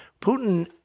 Putin